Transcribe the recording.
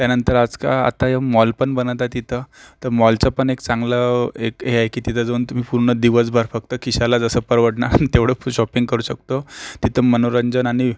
त्यानंतर आजकाल आता ए मॉल पण बनत आहे तिथं तर मॉलचं पण एक चांगलं एक हे आहे की तिथं जाऊन तुम्ही पूर्ण दिवसभर फक्त खिशाला जसं परवडणार तेवढं फुल् शॉपिंग करू शकतो तिथं मनोरंजन आणि